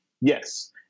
Yes